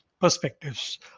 perspectives